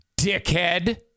dickhead